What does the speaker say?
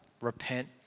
repent